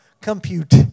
compute